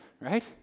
right